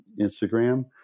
instagram